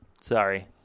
Sorry